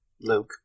Luke